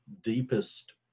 Deepest